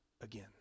again